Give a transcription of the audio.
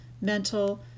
mental